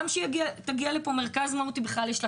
גם שתגיע לפה מרכז מהו"ת אם בכלל יש לה